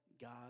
God